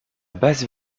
basse